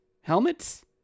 helmets